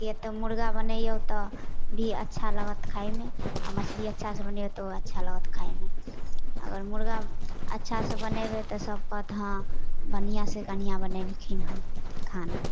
किए तऽ मुरगा बनैऔ तऽ भी अच्छा लगत खाइमे आओर मछली अच्छासँ बनेबै तऽ ओ अच्छा लगत खाइमे अगर मुरगा अच्छासँ बनेबै तऽ सब कहत हँ बढ़िआँसँ कनिआँ बनेलखिन हँ खाना